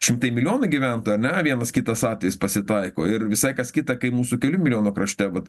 šimtai milijonų gyventojų ane vienas kitas atvejis pasitaiko ir visai kas kita kai mūsų kelių milijonų krašte vat